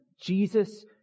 Jesus